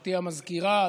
גברתי המזכירה,